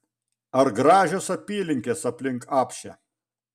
ar gražios apylinkės aplink apšę